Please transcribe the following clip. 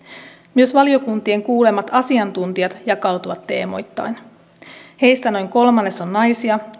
myös valiokuntien kuulemat asiantuntijat jakautuvat teemoittain heistä noin kolmannes on naisia